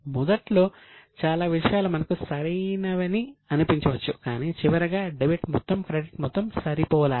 మొదట్లో చాలా విషయాలు మనకు సరైనవని అనిపించవచ్చు కానీ చివరగా డెబిట్ మొత్తం క్రెడిట్ మొత్తం సరిపోలాలి